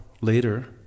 later